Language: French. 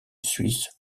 suisse